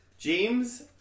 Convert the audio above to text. James